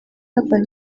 urban